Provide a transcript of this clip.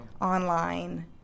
online